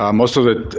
ah most of the